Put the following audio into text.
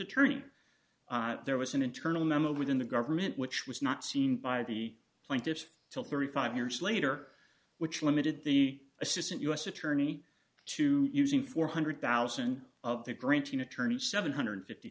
attorney there was an internal memo within the government which was not seen by the plaintiffs till thirty five years later which limited the assistant u s attorney to using four hundred thousand of the granting attorneys seven hundred and fifty